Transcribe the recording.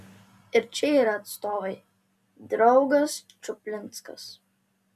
ir čia yra atstovai draugas čuplinskas